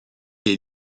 est